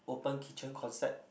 open kitchen concept